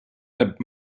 that